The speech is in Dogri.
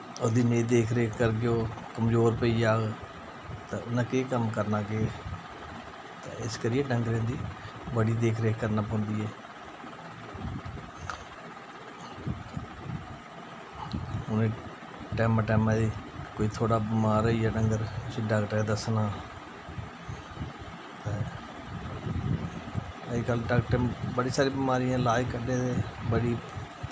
ओह्दी नेईं देखरेख करगेओ कमजोर पेई जाह्ग तां उन्नै केह् कम्म करना केह् ते इस करियै डंगरें दी बड़ी देखरेख करना पौंदी ऐ उ'नेंगी टैमां टैमां दी कोई थोह्ड़ा बमार होई जा डंगर उसी डाक्टरें गी दस्सनां अज्ज कल डाक्टरें बड़ी सारी बमारियें दे इलाज़ कड्डे दे